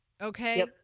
okay